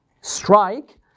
strike